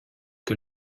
que